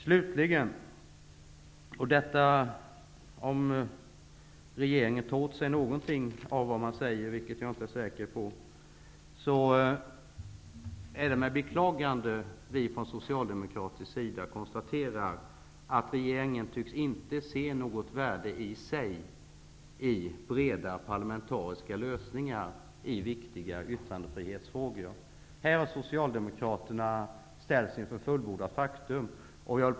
Sedan vill jag säga -- men jag är inte så säker på att regeringen tar åt sig på någon punkt när det gäller det som vi säger -- att det är med beklagande som vi socialdemokrater konstaterar att regeringen inte tycks se något värde i sig i breda parlamentariska lösningar i viktiga yttrandefrihetsfrågor. Här har Socialdemokraterna ställts inför fullbordat faktum.